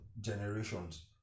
generations